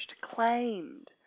claimed